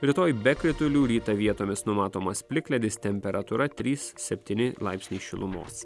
rytoj be kritulių rytą vietomis numatomas plikledis temperatūra trys septyni laipsniai šilumos